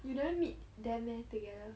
you never meet them meh together